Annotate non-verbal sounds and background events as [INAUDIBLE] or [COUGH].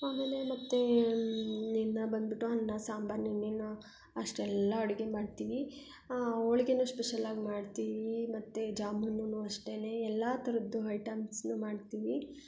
ಆಮೇಲೆ ಮತ್ತು ಇನ್ನು ಬಂದ್ಬಿಟ್ಟು ಅನ್ನ ಸಾಂಬಾರು [UNINTELLIGIBLE] ಅಷ್ಟೆಲ್ಲ ಅಡುಗೆ ಮಾಡ್ತೀವಿ ಹೋಳ್ಗೆನು ಸ್ಪೆಷಲಾಗಿ ಮಾಡ್ತೀವಿ ಮತ್ತು ಜಾಮೂನುನು ಅಷ್ಟೇ ಎಲ್ಲ ಥರದ್ದು ಐಟಮ್ಸನ್ನೂ ಮಾಡ್ತೀವಿ